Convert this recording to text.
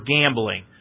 gambling